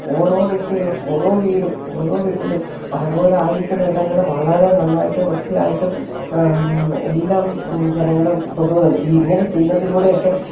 ഓരോ വ്യക്തികളും ഓരോ വീടും ഓരോ വീട്ടിലും അവരവരായിരിക്കുന്ന ഇടങ്ങൾ വളരെ നന്നായിട്ട് വൃത്തിയായിട്ടും എല്ലാം ജനങ്ങൾ കൊണ്ടു പോകുന്നുണ്ട് ഇങ്ങനെ ചെയ്യുന്നതിലൂടെയൊക്കെ